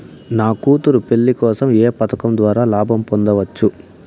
నా కూతురు పెళ్లి కోసం ఏ పథకం ద్వారా లాభం పొందవచ్చు?